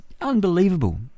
unbelievable